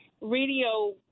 radio